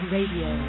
Radio